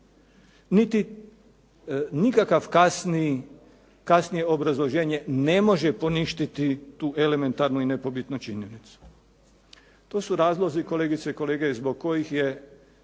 Niti nikakvo kasnije obrazloženje ne može poništiti tu elementarnu i nepobitnu činjenicu. To su razlozi, kolegice i kolege, zbog kojih je